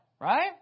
Right